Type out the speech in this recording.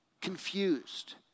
confused